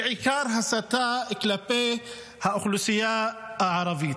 בעיקר הסתה כלפי האוכלוסייה הערבית.